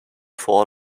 four